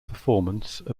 performance